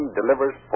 delivers